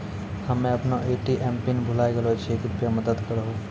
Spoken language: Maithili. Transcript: हम्मे अपनो ए.टी.एम पिन भुलाय गेलो छियै, कृपया मदत करहो